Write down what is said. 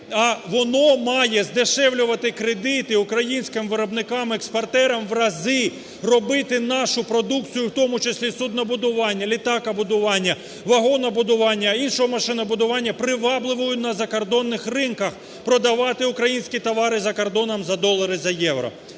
воно має здешевлювати кредити українським виробникам-експортерам в рази, робити нашу продукцію, в тому числі, суднобудування, літакобудування, вагонобудування, іншого машинобудування привабливим на закордонних ринках, продавати українські товари за кордоном за долари, за євро;